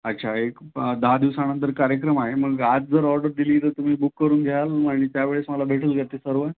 अच्छा एक दहा दिवसानंतर कार्यक्रम आहे मग आज जर ऑर्डर दिली तर तुम्ही बुक करून घ्याल आणि त्यावेळेस मला भेटेल का ते सर्व